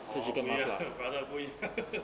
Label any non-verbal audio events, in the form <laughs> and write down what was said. orh 对 ah 我 brother 不以 <laughs>